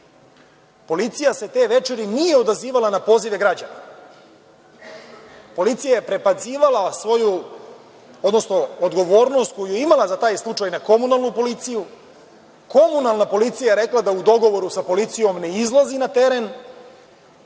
se te večeri nije odazivala na pozive građana. Policija je prebacivala odgovornost koju je imala za taj slučaj na komunalnu policiju. Komunalna policija je rekla da u dogovoru sa policijom ne izlazi na teren.